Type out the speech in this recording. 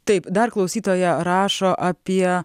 taip dar klausytoja rašo apie